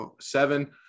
seven